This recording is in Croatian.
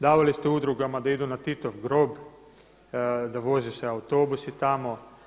Davali ste udrugama da idu na Titov grob, da voze se autobusi tamo.